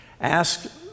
Ask